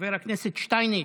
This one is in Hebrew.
חבר הכנסת שטייניץ.